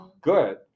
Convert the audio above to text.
good